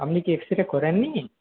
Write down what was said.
আপনি কি এক্সরেটা করেননি